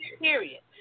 period